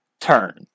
turn